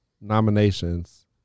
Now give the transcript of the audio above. nominations